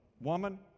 woman